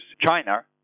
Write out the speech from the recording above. China